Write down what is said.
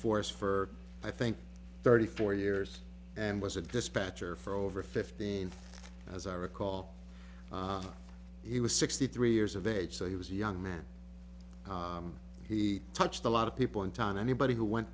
force for i think thirty four years and was a dispatcher for over fifteen as i recall he was sixty three years of age so he was a young man he touched a lot of people in town anybody who went